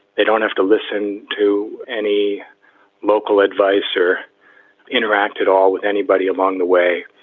they don't have to listen to any local adviser interact at all with anybody along the way.